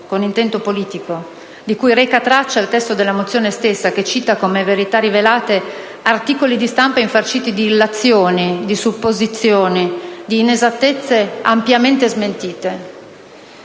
con intento politico, di cui reca traccia il testo della mozione stessa, che cita come verità rivelate articoli di stampa infarciti di illazioni, di supposizioni, di inesattezze ampiamente smentite.